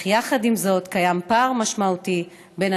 אך יחד עם זאת קיים פער משמעותי בין